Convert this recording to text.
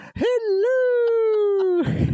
Hello